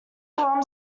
palm